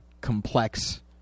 Complex